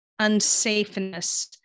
unsafeness